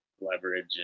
leverage